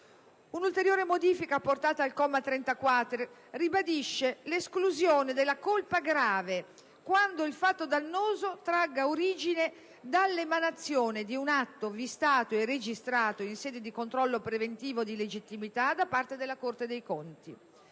Un'ulteriore modifica apportata al comma 30-*quater* ribadisce l'esclusione della colpa grave quando il fatto dannoso tragga origine dall'emanazione di un atto vistato e registrato in sede di controllo preventivo di legittimità da parte della Corte dei conti